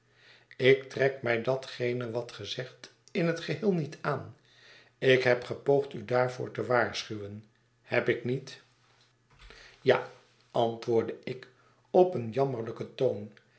ik trek mij datgene wat ge zegt in t geheel niet aan ik heb gepoogd u daarvoor te waarschuwen heb ik niet ja antwoordde ik op een jammerlijken toom